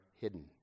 hidden